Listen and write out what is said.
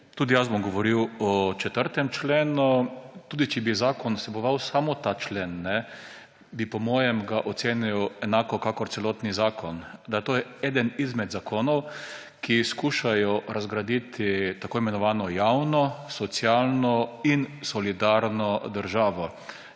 Tudi jaz bom govoril o 4. členu. Tudi če bi zakon vseboval samo ta člen, bi ga po mojem ocenil enako kakor celoten zakon – da je to eden izmed zakonov, ki skušajo razgraditi tako imenovano javno, socialno in solidarno državo.